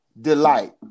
delight